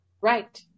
Right